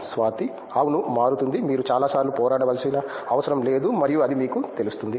స్వాతి అవును మారుతుంది మీరు చాలాసార్లు పోరాడవలసిన అవసరం లేదు మరియు అది మీకు తెలుస్తుంది